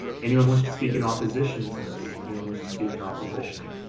anyone wish to speak in opposition to this, anyone wish to speak in opposition?